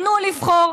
תנו לבחור.